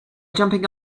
jumping